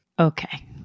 Okay